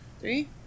three